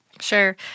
Sure